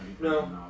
No